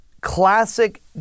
classic